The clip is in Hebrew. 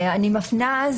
אני מפנה,